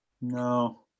No